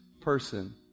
person